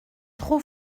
trop